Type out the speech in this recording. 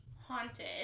haunted